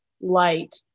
light